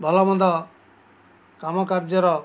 ଭଲମନ୍ଦ କାମ କାର୍ଯ୍ୟର